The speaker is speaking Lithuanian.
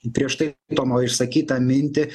į prieš tai tomo išsakytą mintį